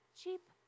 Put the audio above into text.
cheap